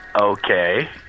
Okay